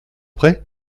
prêt